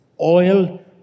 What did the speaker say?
oil